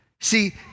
See